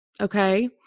Okay